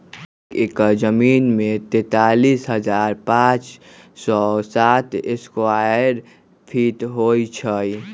एक एकड़ जमीन में तैंतालीस हजार पांच सौ साठ स्क्वायर फीट होई छई